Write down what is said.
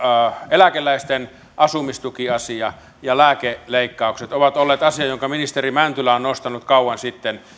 eläkeläisten asumistukiasia ja lääkeleikkaukset ovat olleet asia jonka ministeri mäntylä on nostanut kauan sitten